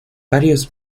varios